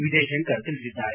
ವಿಜಯಶಂಕರ್ ತಿಳಿಸಿದ್ದಾರೆ